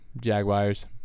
Jaguars